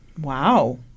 Wow